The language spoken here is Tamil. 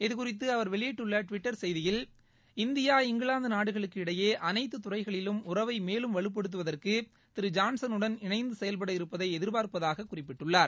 இது குறித்து அவர் வெளியிட்டுள்ள டுவிட்டர் செய்தியில் இந்தியா இங்கிலாந்து நாடுகளுக்கு இளடபே அனைத்து துறைகளிலும் உறவை மேலும் வலுப்படுத்துவதற்கு திரு ஜான்சனுடன் இணைந்து செயல்பட இருப்பதை எதிர்பார்ப்பதாக குறிப்பிட்டுள்ளார்